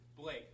Blake